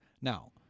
Now